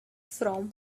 from